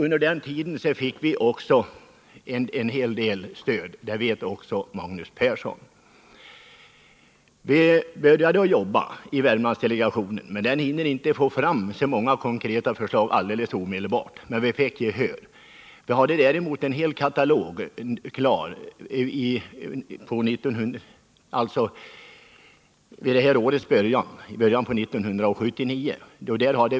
Under den här tiden fick vi stöd — det vet också Magnus Persson. Vi började jobba i Värmlandsdelegationen. Den kunde inte omedelbart få fram så många konkreta förslag, men vi fick ändå gehör för våra synpunkter. Vid det här årets början hade vi dock arbetat fram en hel åtgärdskatalog.